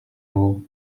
all